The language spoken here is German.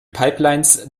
pipelines